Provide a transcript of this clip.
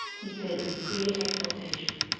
he said with queer exaltation,